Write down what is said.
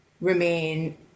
remain